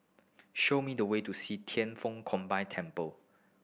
show me the way to See Thian Foh Combined Temple